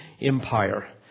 empire